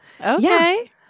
Okay